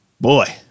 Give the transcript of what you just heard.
boy